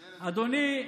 אדוני,